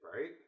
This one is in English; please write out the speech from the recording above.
right